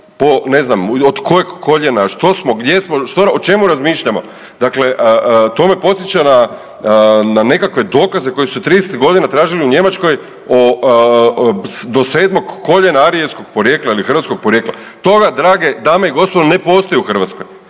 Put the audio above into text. ne znam od kojeg koljena, što smo, gdje smo, o čemu razmišljamo. Dakle, to me podsjeća na, na nekakve dokaze koje su '30.-tih godina tražili u Njemačkoj do 7. koljena, arijevskog porijekla ili hrvatskog porijekla toga drage dame i gospodo ne postoji u Hrvatskoj.